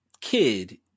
Kid